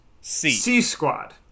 C-Squad